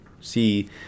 see